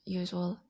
usual